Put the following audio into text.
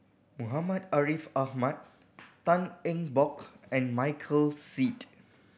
Muhammad Ariff Ahmad Tan Eng Bock and Michael Seet